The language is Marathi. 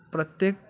प्रत्येक